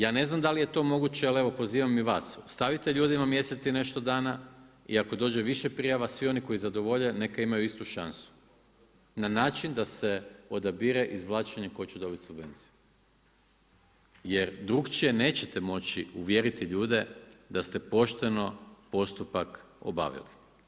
Ja ne znam da li je to moguće, ali evo pozivam i vas, ostavite ljudima mjesec i nešto dana i ako dođe više prijava, svi oni koji zadovolje neka imaju istu šansu, na način da se odabire izvlačenje tko će dobiti subvenciju, jer drugačije nećete moći uvjeriti ljude da ste pošteno postupak obavili.